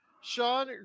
Sean